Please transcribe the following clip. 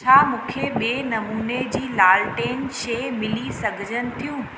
छा मूंखे ॿिए नमूने जी लालटेन शइ मिली सघजनि थियूं